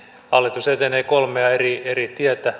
hallitus etenee kolmea eri tietä